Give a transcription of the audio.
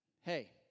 hey